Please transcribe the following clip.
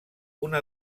una